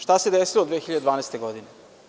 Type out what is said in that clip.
Šta se desilo 2012. godine?